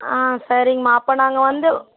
ஆ சரிங்கம்மா அப்போ நாங்கள் வந்து